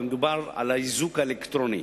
ומדובר באיזוק האלקטרוני.